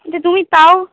কিন্তু তুমি তাও